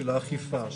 של האכיפה,